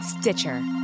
Stitcher